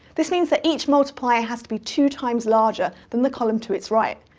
this means that each multiplier has to be two times larger than the column to its right.